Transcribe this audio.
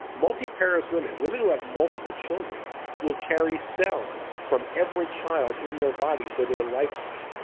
multiparous women, women who have multiple children will carry cells from every child in their body for their lifetime.